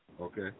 Okay